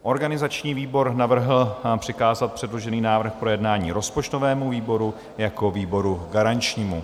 Organizační výbor navrhl přikázat předložený návrh rozpočtovému výboru jako výboru garančnímu.